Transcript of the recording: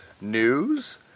news